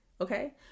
okay